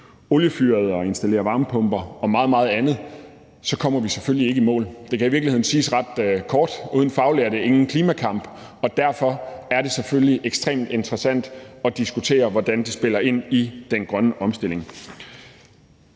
oliefyret og installere varmepumper og meget, meget andet, så kommer vi selvfølgelig ikke i mål. Det kan i virkeligheden siges ret kort: uden faglærte, ingen klimakamp. Derfor er det selvfølgelig ekstremt interessant at diskutere, hvordan det spiller ind i den grønne omstilling.